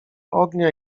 ognia